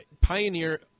pioneer